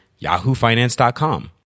yahoofinance.com